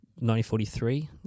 1943